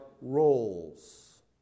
roles